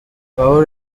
pawulo